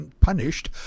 punished